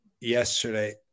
yesterday